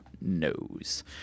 knows